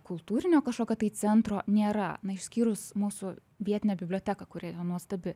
kultūrinio kažkokio tai centro nėra na išskyrus mūsų vietinę biblioteką kuri yra nuostabi